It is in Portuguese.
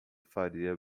faria